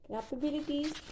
capabilities